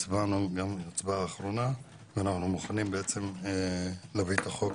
גם הצבענו את ההצבעה אחרונה ואנחנו מוכנים להביא את החוק